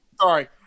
Sorry